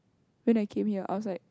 then I came here I was like